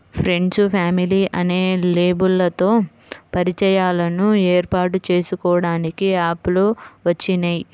friends, family అనే లేబుల్లతో పరిచయాలను ఏర్పాటు చేసుకోడానికి యాప్ లు వచ్చినియ్యి